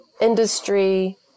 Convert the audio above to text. industry